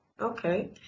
Okay